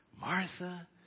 Martha